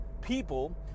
people